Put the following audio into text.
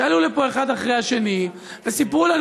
שעלו לפה אחד אחרי השני וסיפרו לנו